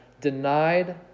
denied